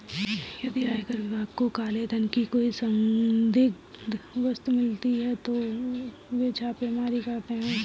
यदि आयकर विभाग को काले धन की कोई संदिग्ध वस्तु मिलती है तो वे छापेमारी करते हैं